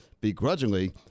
begrudgingly